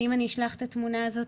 שאם אני אשלח את התמונה הזאת,